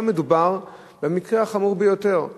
כאן מדובר במקרה החמור ביותר,